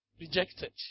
Rejected